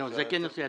זה כן נושא הדיון.